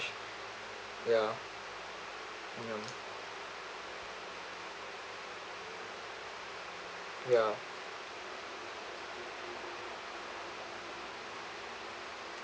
ya ya ya